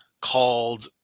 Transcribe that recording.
called